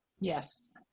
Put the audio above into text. Yes